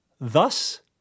Thus